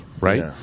right